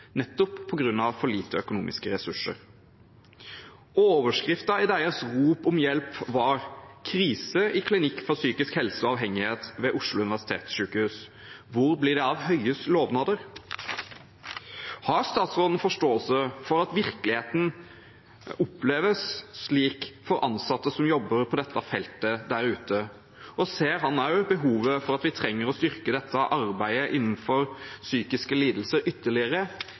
nettopp på grunn av for få økonomiske ressurser. Overskriften i deres rop om hjelp var: «Krise i Klinikk for psykisk helse og avhengighet ved Oslo universitetssykehus» – «Hvor blir det av Høies lovnader?» Har statsråden forståelse for at virkeligheten oppleves slik for dem som jobber på dette feltet der ute, og ser han også at vi trenger å styrke arbeidet innenfor psykiske lidelser ytterligere,